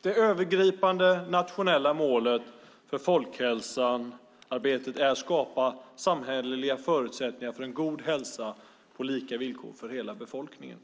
Herr talman! Det övergripande nationella målet för folkhälsoarbetet är att skapa samhälleliga förutsättningar för en god hälsa på lika villkor för hela befolkningen.